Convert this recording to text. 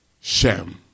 Shem